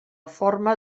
forma